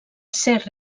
ser